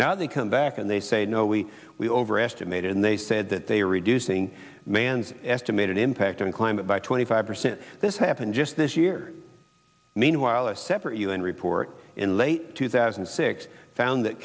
now they come back and they say no we we overestimated and they said that they are reducing man's estimated impact on climate by twenty five percent this happened just this year meanwhile a separate u n report in late two thousand and six found that